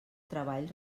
treball